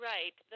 Right